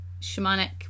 shamanic